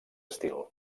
estil